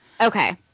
Okay